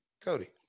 Cody